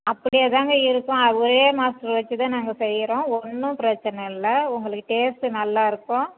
அப்படியே தாங்க இருக்கும் ஒரே மாதத்துல வச்சு தான் நாங்கள் செய்கிறோம் ஒன்றும் பிரச்சின இல்லை உங்களுக்கு டேஸ்ட்டு நல்லா இருக்கும்